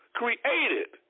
created